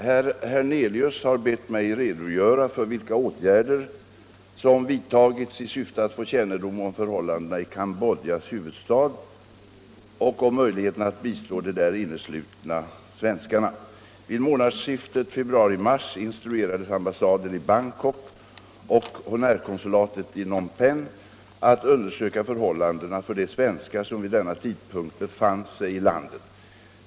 Herr talman! Herr Hernelius har bett mig redogöra för vilka åtgärder som vidtagits i syfte att få kännedom om förhållandena i Cambodjas huvudstad och om möjligheterna att bistå de där inneslutna svenskarna. Vid månadsskiftet februari-mars instruerades ambassaden i Bangkok och honorärkonsulatet i Phnom Penh att undersöka förhållandena för de svenskar som vid denna tidpunkt befann sig i landet.